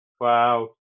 Wow